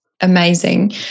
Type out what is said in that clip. amazing